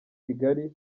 kigali